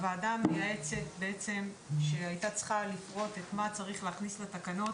הוועדה המייעצת שהייתה צריכה לפרוט את מה שצריך להכניס לתקנות